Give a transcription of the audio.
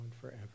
forever